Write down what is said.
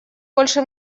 больше